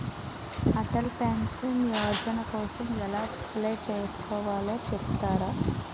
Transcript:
Atal pension Yojana కోసం ఎలా apply చేసుకోవాలో చెపుతారా?